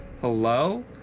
Hello